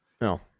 No